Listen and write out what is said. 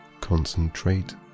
concentrate